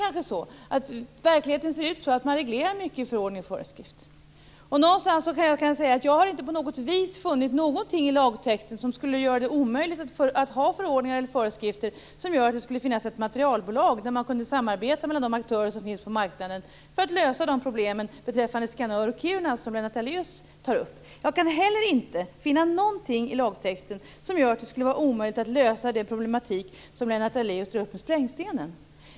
Verkligheten ser kanske ut så att man reglerar mycket i förordningar och föreskrifter. Jag har inte funnit någonting i lagtexten som gör det omöjligt att ha förordningar eller föreskrifter som innebär att det skulle finnas ett materialbolag där de aktörer som finns på marknaden kunde samarbeta för att lösa problemen om Skanör och Kiruna, som Lennart Daléus tar upp. Jag kan inte heller finna någonting i lagtexten som gör att det skulle vara omöjligt att lösa de problem som Lennart Daléus tar upp om sprängstenen.